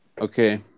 Okay